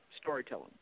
storytelling